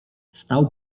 stał